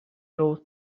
rose